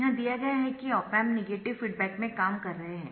यह दिया गया है कि ऑप एम्प नेगेटिव फीडबैक में काम कर रहे है